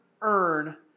earn